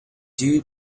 due